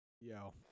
Yo